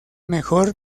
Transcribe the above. mejor